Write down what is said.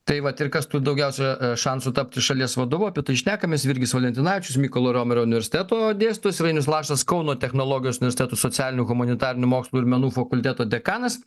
tai vat ir kas tų daugiausia yra šansų tapti šalies vadovu apie tai šnekamės virgis valentinavičius mykolo romerio universiteto dėstytojas ir ainius lašas kauno technologijos universiteto socialinių humanitarinių mokslų ir menų fakulteto dekanas